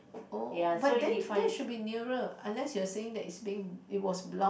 oh but then then it should be nearer unless you are saying that it's being it was blocked